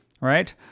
right